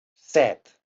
set